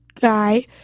guy